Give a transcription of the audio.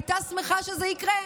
הייתה שמחה שזה יקרה,